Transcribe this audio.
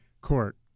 Court